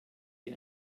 dir